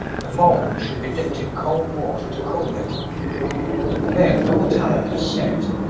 the mould should be dipped in cold water to cool it and then when the tallow has set,